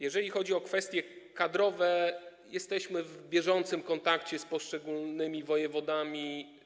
Jeżeli chodzi o kwestie kadrowe, to jesteśmy na bieżąco w kontakcie z poszczególnymi wojewodami.